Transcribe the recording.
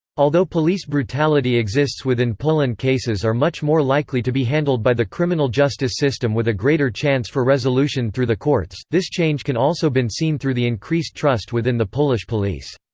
although police brutality exists within poland cases are much more likely to be handled by the criminal justice system with a greater chance for resolution through the courts this change can also been seen through the increased trust within the polish police.